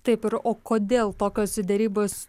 taip o kodėl tokios derybos